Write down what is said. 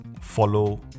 follow